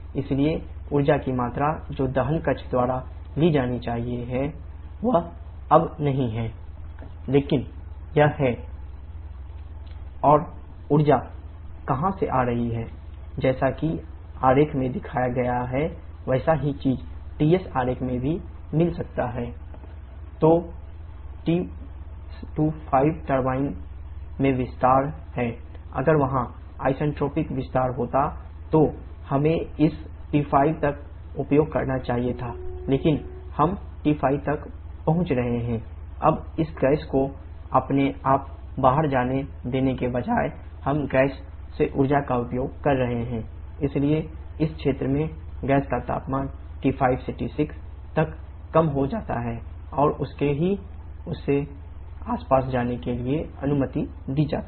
इसलिए ऊर्जा की मात्रा जो दहन कक्ष द्वारा ली जानी है वह अब नहीं है ma cpa T4 T2 लेकिन यह है ma cpa T4 T3 और ऊर्जा कहाँ से आ रही है